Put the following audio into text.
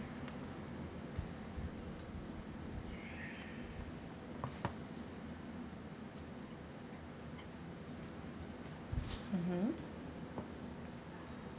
mmhmm